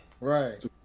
Right